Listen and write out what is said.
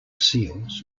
seals